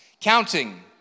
Counting